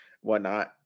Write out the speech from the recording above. whatnot